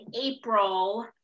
April